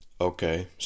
Okay